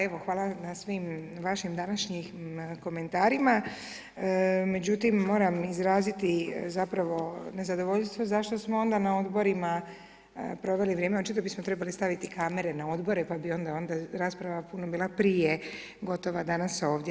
Evo, hvala na svim vašim današnjim komentarima, međutim moram izraziti zapravo nezadovoljstvo zašto smo onda na Odborima proveli vrijeme, očito bismo trebali staviti kamere na Odbore, pa bi onda rasprava puno bila prije gotova danas ovdje.